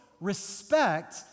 respect